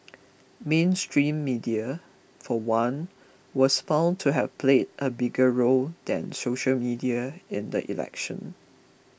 mainstream media for one was found to have played a bigger role than social media in the election